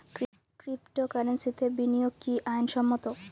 ক্রিপ্টোকারেন্সিতে বিনিয়োগ কি আইন সম্মত?